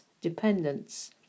dependence